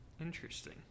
Interesting